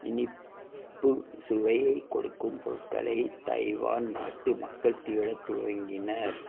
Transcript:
இனிப்பு சுவையை கொடுக்கும் பொருட்களை தைவான் நாட்டு மக்கள் தேடத் துவங்கினர்